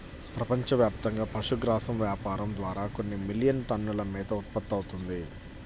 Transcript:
ప్రపంచవ్యాప్తంగా పశుగ్రాసం వ్యాపారం ద్వారా కొన్ని మిలియన్ టన్నుల మేత ఉత్పత్తవుతుంది